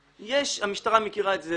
- המשטרה מכירה את זה